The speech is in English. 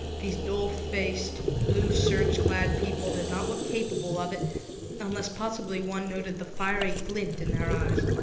these dull-faced, blue-sergeclad people did not look capable of it unless possibly one noted the fiery glint in their eyes.